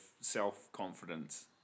self-confidence